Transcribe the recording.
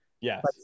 Yes